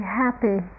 happy